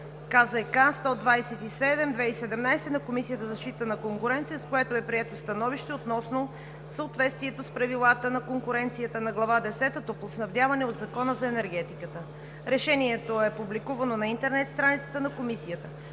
КЗК 127/2017 г. на Комисията за защита на конкуренцията, с което е прието становище относно съответствието с правилата на конкуренцията на Глава десета „Топлоснабдяване“ от Закона за енергетиката. Решението е публикувано на интернет страницата на Комисията.